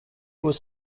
was